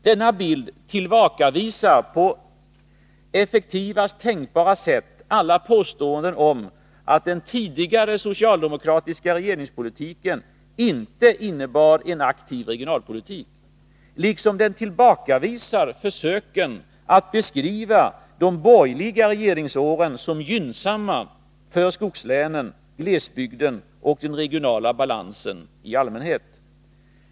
Denna bild tillbakavisar på effektivaste tänkbara sätt alla påståenden om att den tidigare socialdemokratiska regeringspolitiken inte innebar en aktiv regionalpolitik, liksom den tillbakavisar försöken att beskriva de borgerliga regeringsåren som gynnsamma för skogslänen, glesbygden och den regionala balansen i allmänhet.